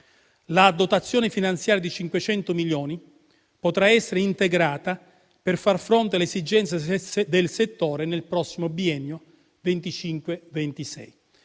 La dotazione finanziaria di 500 milioni potrà essere integrata per far fronte alle esigenze del settore nel prossimo biennio 2025-2026.